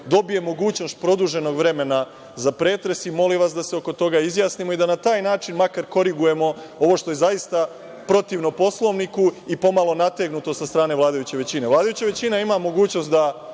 dobije mogućnost produženog vremena za pretres i molim vas da se oko toga izjasnimo i da na taj način makar korigujemo ovo što je zaista protivno Poslovniku i pomalo nategnuto sa strane vladajuće većine. Vladajuća većina ima mogućnost da